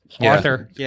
Arthur